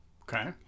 Okay